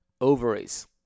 ovaries